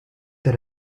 that